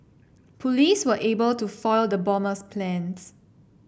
police were able to foil the bomber's plans